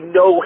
no